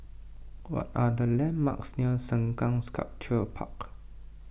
what are the landmarks near Sengkang Sculpture Park